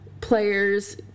players